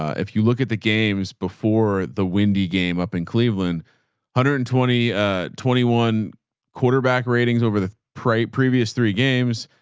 ah if you look at the games before the windy game up in cleveland, one hundred and twenty twenty one quarterback ratings over the pre previous three games,